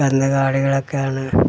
കന്നുകാലികളൊക്കെയാണ്